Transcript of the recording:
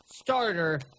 starter